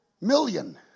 million